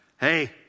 hey